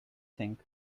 think